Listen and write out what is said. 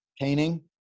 painting